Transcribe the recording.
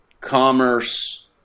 commerce